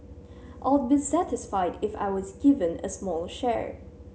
I'd be satisfied if I was given a small share